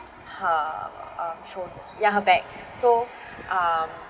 her um shoulder ya her back so um